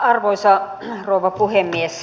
arvoisa rouva puhemies